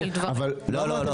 חומרים